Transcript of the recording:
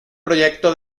proyecto